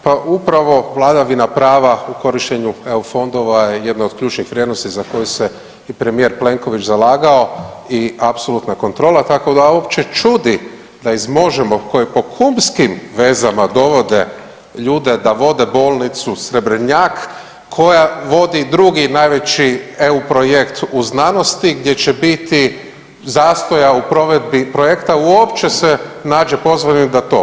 Pa upravo vladavina prava u korištenju EU fondova je jedna od ključnih vrijednosti za koje se i premijer Plenković zalagao i apsolutna kontrola, tako da uopće čudi da iz Možemo! koje po kumskim vezama dovode ljude da vode bolnicu Srebrnjak koja vodi drugi najveći EU projekt u znanosti gdje će biti zastoja u provedbi projekta, uopće se nađe pozvani na to.